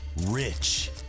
RICH